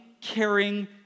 caring